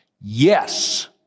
yes